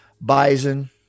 bison